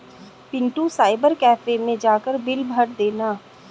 Pintu cyber cafe मैं जाकर bill भर देना